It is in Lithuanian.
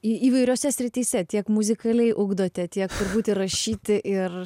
į įvairiose srityse tiek muzikaliai ugdote tiek turbūt ir rašyti ir